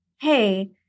hey